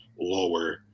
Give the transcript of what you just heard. lower